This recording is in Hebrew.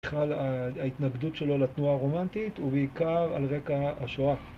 ההתנגדות שלו לתנועה הרומנטית הוא בעיקר על רקע השואה